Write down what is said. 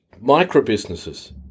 micro-businesses